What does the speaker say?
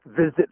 visit